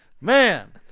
Man